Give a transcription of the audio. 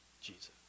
Jesus